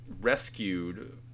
rescued